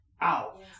out